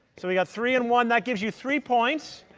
so we have three and one. that gives you three points.